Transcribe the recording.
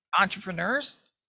entrepreneurs